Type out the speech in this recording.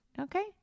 Okay